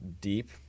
deep